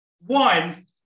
One